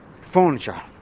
furniture